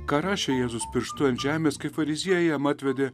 ką rašė jėzus pirštu ant žemės kai fariziejai jam atvedė